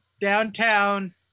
downtown